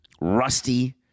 rusty